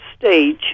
stage